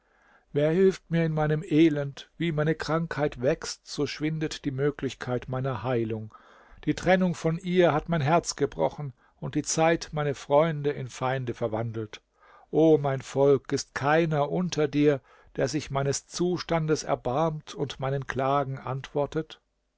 wer hilft mir in meinem elend wie meine krankheit wächst so schwindet die möglichkeit meiner heilung die trennung von ihr hat mein herz gebrochen und die zeit meine freunde in feinde verwandelt o mein volk ist keiner unter dir der sich meines zustandes erbarmt und meinen klagen antwortet